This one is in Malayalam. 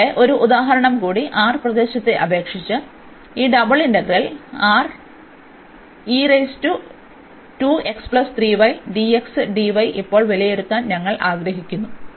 അതിനാൽ ഇവിടെ ഒരു ഉദാഹരണം കൂടി R പ്രദേശത്തെ അപേക്ഷിച്ച് ഈ ഇപ്പോൾ വിലയിരുത്താൻ ഞങ്ങൾ ആഗ്രഹിക്കുന്നു